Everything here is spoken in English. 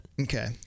Okay